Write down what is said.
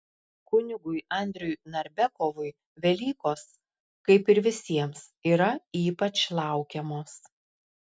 kunigui andriui narbekovui velykos kaip ir visiems yra ypač laukiamos